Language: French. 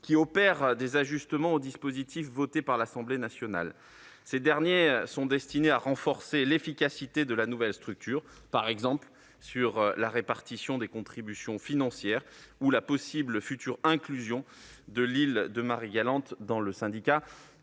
à opérer des ajustements au dispositif voté par l'Assemblée nationale. Ces derniers sont destinés à renforcer l'efficacité de la nouvelle structure, par exemple sur la répartition des contributions financières, ou en ce qui concerne la possible future inclusion de l'île de Marie-Galante dans le syndicat.